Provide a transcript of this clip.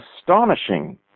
astonishing